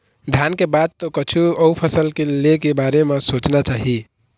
धान के बाद तो कछु अउ फसल ले के बारे म सोचना चाही